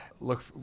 Look